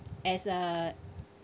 as a